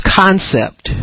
concept